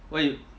what you